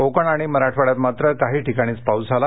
कोकण आणि मराठवाड्यात मात्र काही ठिकाणीच पाऊस झाला